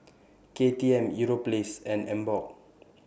K T M Europace and Emborg